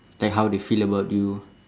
like how they feel about you